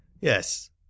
yes